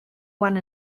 one